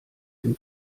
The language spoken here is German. dem